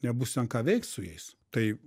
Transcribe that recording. nebus ten ką veikt su jais tai